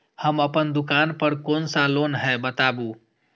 हम अपन दुकान पर कोन सा लोन हैं बताबू?